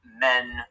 men